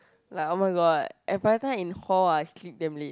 like almost got eh but that time in hall ah I sleep damn late